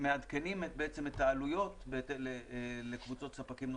מעדכנים בעצם את העלויות לקבוצות ספקים נוספות.